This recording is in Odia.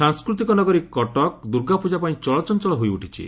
ସାଂସ୍କୃତିକ ନଗରୀ କଟକ ଦୁର୍ଗାପୂଜା ପାଇଁ ଚଳଚଞଳ ହୋଇଉଠିଛି